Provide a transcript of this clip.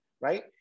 right